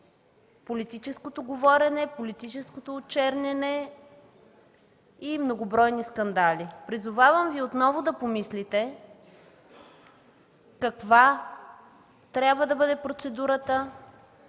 политическото говорене, политическото очерняне и многобройни скандали. Призовавам Ви отново да помислите каква трябва да бъде процедурата,